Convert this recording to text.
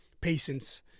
patience